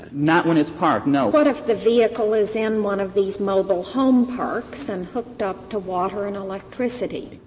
not when it's park. no what if the vehicle is in one of these mobile home parks and hooked up to water and electricity?